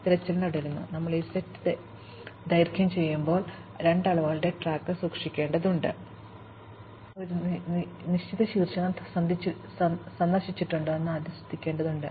ഇപ്പോൾ ഞങ്ങൾ ഈ സെറ്റ് ദൈർഘ്യം ചെയ്യുമ്പോൾ രണ്ട് അളവുകളുടെ ട്രാക്ക് സൂക്ഷിക്കേണ്ടതുണ്ട് ഒരു നിശ്ചിത ശീർഷകം സന്ദർശിച്ചിട്ടുണ്ടോ എന്ന് ആദ്യം ശ്രദ്ധിക്കേണ്ടതുണ്ട്